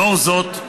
לנוכח זאת,